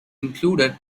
included